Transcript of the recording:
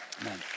amen